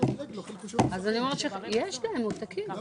יש להם עותקים.